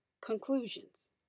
conclusions